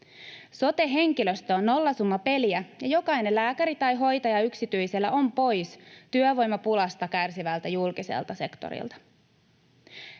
Sote-henkilöstö on nollasummapeliä, ja jokainen lääkäri tai hoitaja yksityisellä on pois työvoimapulasta kärsivältä julkiselta sektorilta.